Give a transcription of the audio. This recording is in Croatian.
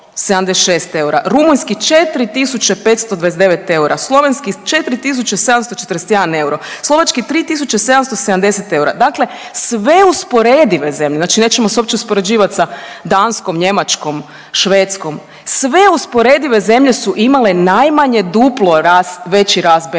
rumunjski 4.529 eura, slovenski 4.741 euro, slovački 3.770 eura dakle sve usporedive zemlje, znači nećemo se uopće uspoređivat sa Danskom, Njemačkom, Švedskom, sve usporedive zemlje su imale najmanje duplo veći rast